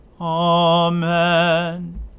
Amen